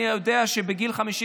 אני יודע שבגיל 55